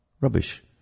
Rubbish